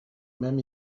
même